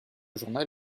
journal